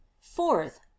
fourth